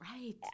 right